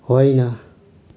होइन